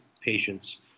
patients